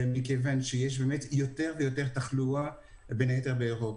מכיוון שיש יותר ויותר תחלואה, בין היתר באירופה.